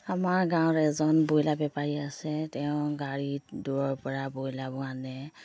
আমাৰ গাঁৱত এজন ব্ৰইলাৰ বেপাৰী আছে তেওঁ গাড়ীত দূৰৰ পৰা ব্ৰইলাৰো আনে